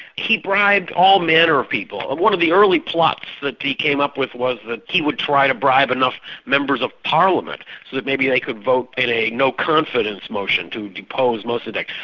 he bribed all manner of people. one of the early plots that he came up with was that he would try to bribe enough members of parliament so that maybe they could vote a no confidence motion to depose mossadeq.